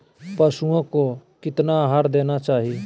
पशुओं को कितना आहार देना चाहि?